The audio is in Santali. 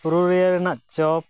ᱯᱩᱨᱩᱞᱤᱭᱟ ᱨᱮᱱᱟᱜ ᱪᱚᱯ